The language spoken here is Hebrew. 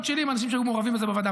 שלי עם אנשים שהיו מעורבים בזה בוועדה,